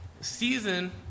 Season